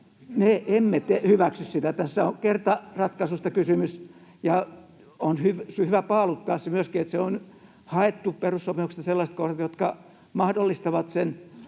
emme hyväksy sitä. Tässä on kertaratkaisusta kysymys, ja se on hyvä myöskin paaluttaa: on haettu perussopimuksesta sellaiset kohdat, jotka mahdollistavat sen.